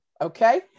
okay